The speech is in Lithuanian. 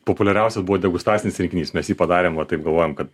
populiariausias buvo degustacinis rinkinys mes jį padarėm va taip galvojom kad